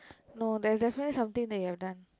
no there is definitely something that you have done